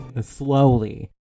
slowly